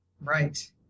Right